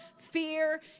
fear